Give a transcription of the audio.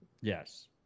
Yes